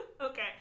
Okay